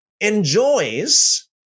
enjoys